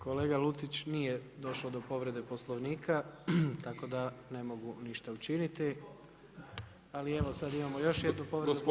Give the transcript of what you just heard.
Kolega Lucić, nije došlo do povrede Poslovnika tako da ne mogu ništa učiniti, ali evo sada imamo još jednu povredu Poslovnika.